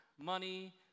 money